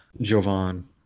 Jovan